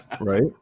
Right